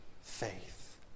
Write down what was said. faith